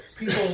People